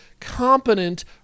competent